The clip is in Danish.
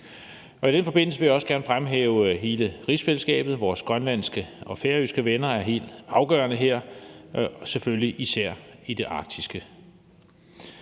I den forbindelse vil jeg også gerne fremhæve hele rigsfællesskabet, vores grønlandske og færøske venner er helt afgørende her og selvfølgelig især i det arktiske.